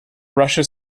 russia